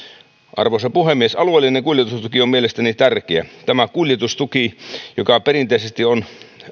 arvoisa puhemies alueellinen kuljetustuki on mielestäni tärkeä tämä kuljetustuki perinteisesti on